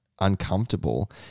uncomfortable